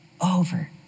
over